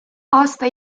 aasta